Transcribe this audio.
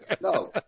No